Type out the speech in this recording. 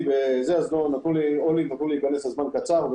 נתנו לי להיכנס לזמן קצר.